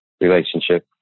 relationship